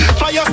fire